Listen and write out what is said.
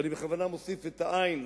ואני בכוונה מוסיף את העי"ן,